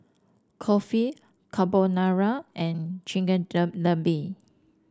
Kulfi Carbonara and